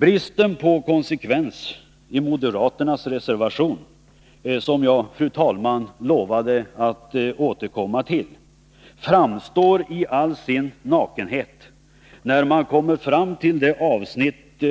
Bristen på konsekvens i moderaternas reservation — som jag, fru talman, lovade att återkomma till — framstår i all sin nakenhet när man kommer fram till det avsnitt